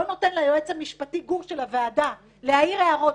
נותן לגור היועץ המשפטי של הוועדה להעיר הערות,